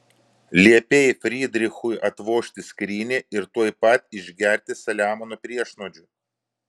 liepei frydrichui atvožti skrynią ir tuoj pat išgerti saliamono priešnuodžių